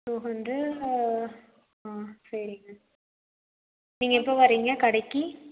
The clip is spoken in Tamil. டூ ஹண்ட்ரேட் ஆ சரிங்க நீங்கள் எப்போது வரீங்க கடைக்கு